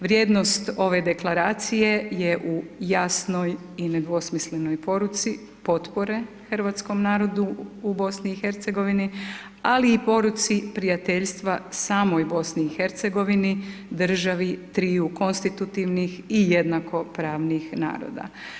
Vrijednost ove deklaracije je u jasnoj i nedvosmislenoj poruci, potpore hrvatskom narodu u BiH, ali i poruci prijateljstva samoj BiH, državi tri konstitutivnih i jednakopravnih naroda.